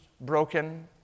broken